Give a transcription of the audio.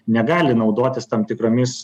negali naudotis tam tikromis